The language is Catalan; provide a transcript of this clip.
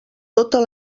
totes